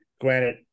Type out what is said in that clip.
granted